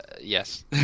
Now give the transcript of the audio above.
yes